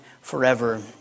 forever